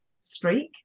streak